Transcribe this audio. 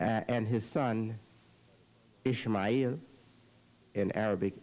and his son is in arabic